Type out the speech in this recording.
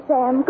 Sam